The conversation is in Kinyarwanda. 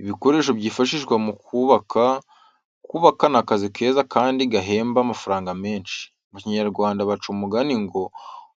Ibikoresho byifashishwa mu kubaka. Kubaka ni akazi keza kandi gahemba amafaranga menshi, mu Kinyarwanda baca umugani ngo